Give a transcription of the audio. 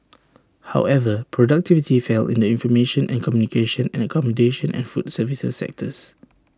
however productivity fell in the information and communications and accommodation and food services sectors